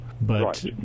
but-